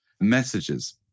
messages